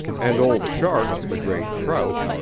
and old shark, the great trout,